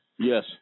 Yes